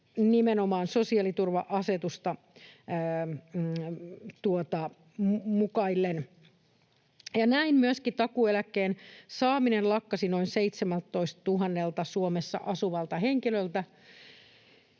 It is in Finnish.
nimenomaan sosiaaliturva-asetusta mukaillen. Ja näin myöskin takuueläkkeen saaminen lakkasi noin 17 000:lta Suomessa asuvalta henkilöltä,